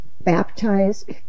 baptized